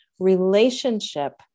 relationship